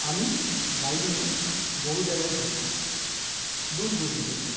আমি বাইক নিয়ে বহু জায়গায় ঘুরেছি দূর দূর ঘুরেছি